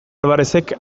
alvarerezek